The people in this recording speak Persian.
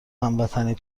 هموطنی